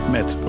Met